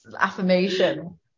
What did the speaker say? affirmation